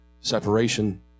Separation